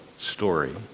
story